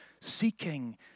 seeking